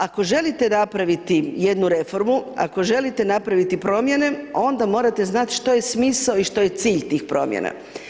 Ako želite napraviti jednu reformu, ako želite napraviti promjene onda morate znati što je smisao i što je cilj tih promjena.